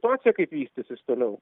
situacija kaip vystysis toliau